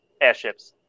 airships